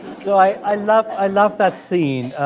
so i love i love that scene.